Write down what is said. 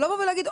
ולבוא ולהגיד,